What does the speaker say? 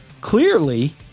clearly